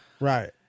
Right